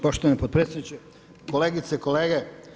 Poštovani potpredsjedniče, kolegice, kolege.